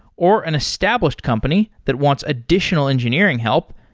or an established company that wants additional engineering help,